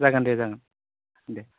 जागोन दे जागोन दे